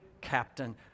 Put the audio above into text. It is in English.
captain